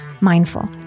mindful